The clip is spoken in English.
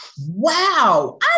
Wow